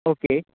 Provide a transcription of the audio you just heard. okay